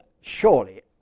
surely